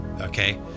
Okay